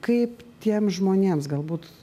kaip tiems žmonėms galbūt